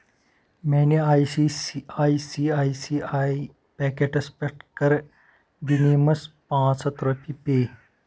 میانہِ آیۍ سی آیۍ سی آیۍ پیکیٚٹس پٮ۪ٹھ کَر غٔنیٖمس پانٛژھ ہَتھ رۄپیہِ پے